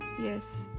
yes